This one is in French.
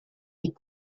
est